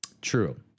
True